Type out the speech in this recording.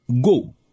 go